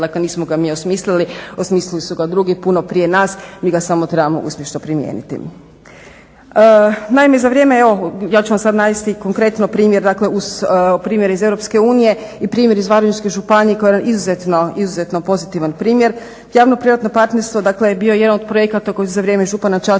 Dakle, nismo ga mi osmislili, osmislili su ga drugi puno prije nas mi ga samo trebamo uspješno primijeniti. Naime, za vrijeme, evo ja ću vam sad navesti konkretno primjer iz EU i primjer iz Varaždinske županije koja je jedan izuzetno, izuzetno pozitivan primjer. Javno-privatno partnerstvo dakle je bio jedan projekata u koji su za vrijeme župana Čačića